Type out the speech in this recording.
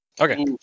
Okay